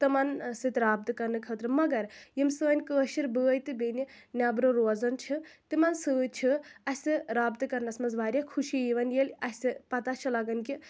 تِمَن سۭتۍ رابطہ کرنہٕ خٲطر مگر یِم سٲنۍ کٲشِر باے تہٕ بیٚنہِ نٮ۪برٕ روزان چھِ تِمَن سۭتۍ چھِ اسہِ رابطہ کرنَس منٛز واریاہ خوشی یِوان ییٚلہِ اسہِ پتہ چھِ لَگَان کہِ